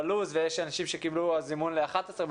בלו"ז ויש אנשים שקיבלו זימון ל-11:00,